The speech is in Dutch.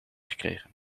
gekregen